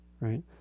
Right